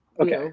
Okay